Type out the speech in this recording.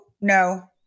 no